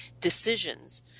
decisions